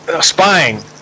spying